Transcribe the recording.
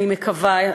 אני מקווה,